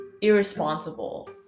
irresponsible